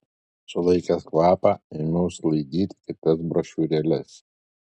sulaikęs kvapą ėmiau sklaidyti kitas brošiūrėles